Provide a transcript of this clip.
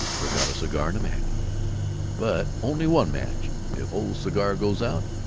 took out a cigar and a match but only one match if ole cigar goes out,